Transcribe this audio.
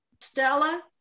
Stella